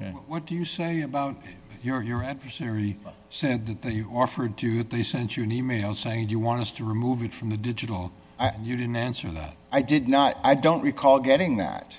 ok what do you say about your your adversary said that that you offered to they sent you an email saying you want us to remove it from the digital and you didn't answer that i did not i don't recall getting that